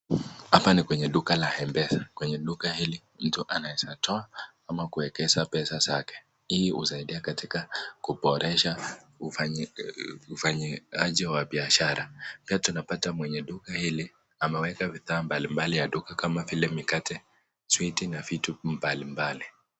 Hapa ni kwenye duka la M-Pesa . Kwenye duka hili mtu anaweza toa ama kuwekeza pesa zake. Hii husaidia katika kuboresha ufanyaji wa biashara. Pia tunapata mwenye duka hili ameweka vitu mbalimbali ya duka kama vile mikate, switi na vitu mbalimbali.